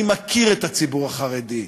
אני מכיר את הציבור החרדי.